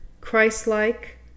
Christ-like